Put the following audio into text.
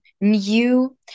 new